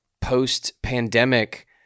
post-pandemic